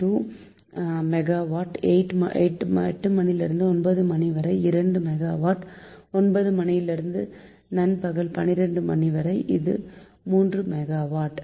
2 megawatt 8 மணியிலிருந்து 9 மணி வரை 2 மெகாவாட் 9 மணியிலிருந்து நண்பகல் 12 மணிவரை இது 3 மெகாவாட்